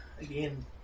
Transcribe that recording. again